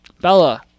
Bella